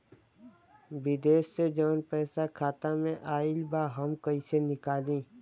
विदेश से जवन पैसा खाता में आईल बा हम कईसे निकाली?